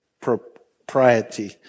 propriety